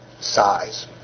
size